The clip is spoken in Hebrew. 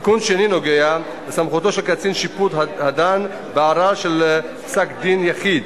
התיקון השני נוגע לסמכותו של קצין שיפוט הדן בערר על פסק של דן יחיד,